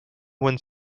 one